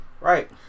Right